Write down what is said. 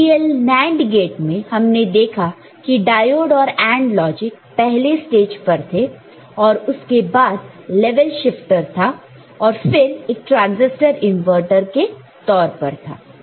DTL NAND gate में हमने देखा कि डायोड और AND लॉजिक पहले स्टेज पर थे और उसके बाद लेवल शिफ्टर थे और फिर एक ट्रांसिस्टर इनवर्टर के तौर पर था